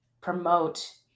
promote